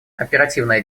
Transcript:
оперативная